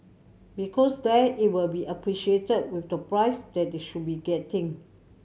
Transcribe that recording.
because there it will be appreciated with the price that they should be getting